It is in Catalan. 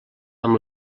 amb